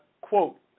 quote